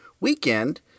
weekend